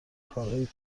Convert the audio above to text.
کارهای